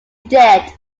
did